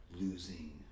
losing